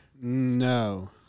No